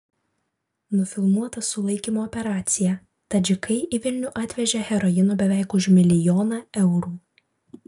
nufilmuota sulaikymo operacija tadžikai į vilnių atvežė heroino beveik už milijoną eurų